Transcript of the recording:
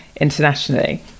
internationally